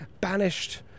banished